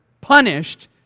punished